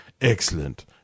excellent